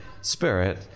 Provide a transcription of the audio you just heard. Spirit